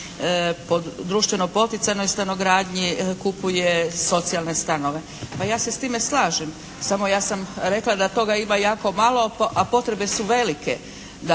po društveno-poticajnoj stanogradnji kupuje socijalne stanove. Ma ja se s time slažem, samo ja sam rekla da toga ima jako malo, a potrebe su velike